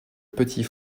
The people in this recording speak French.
petit